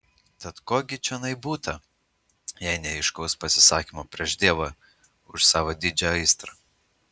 tad ko gi čionai būta jei ne aiškaus pasisakymo prieš dievą už savo didžią aistrą